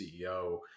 CEO